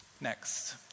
Next